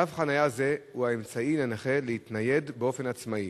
תו חנייה זה הוא האמצעי לנכה להתנייד באופן עצמאי,